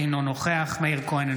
אינו נוכח מאיר כהן,